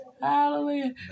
Hallelujah